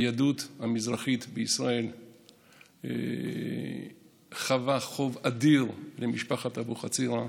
היהדות המזרחית בישראל חבה חוב אדיר למשפחת אבוחצירא,